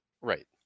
Right